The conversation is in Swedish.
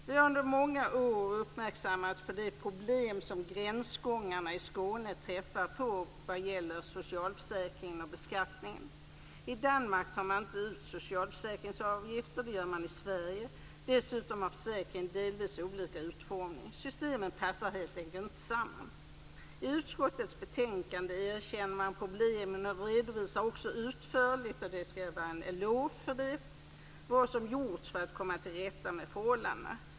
Vi har under många år uppmärksammats på de problem som gränsgångarna i Skåne träffar på vad gäller socialförsäkringen och beskattningen. I Danmark tar man inte ut socialförsäkringsavgifter. Det gör man i Sverige. Dessutom har försäkringarna delvis olika utformning. Systemen passar helt enkelt inte samman. I utskottets betänkande erkänner man problemen och redovisar också utförligt - vilket jag ska ge en eloge för - vad som gjorts för att komma till rätta med förhållandena.